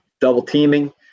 double-teaming